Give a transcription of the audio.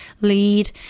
lead